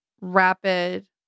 rapid